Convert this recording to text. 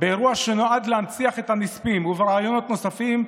באירוע שנועד להנציח את הנספים ובראיונות נוספים,